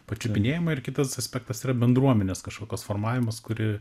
pačiupinėjama ir kitas aspektas yra bendruomenės kažkokios formavimas kuri